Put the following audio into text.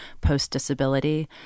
post-disability